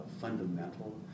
fundamental